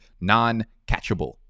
non-catchable